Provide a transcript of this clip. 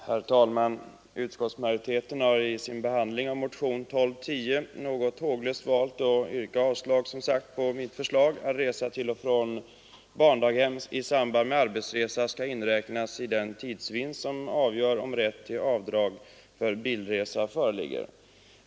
Herr talman! Utskottsmajoriteten har i sin behandling av motionen 1210 något håglöst valt att yrka avslag på mitt förslag, att resa till och från barndaghem i samband med arbetsresa skall inberäknas i den tidsvinst som avgör om rätt till avdrag för bilresa föreligger.